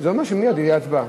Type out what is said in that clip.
זה אומר שמייד תהיה הצבעה.